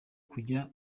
kujya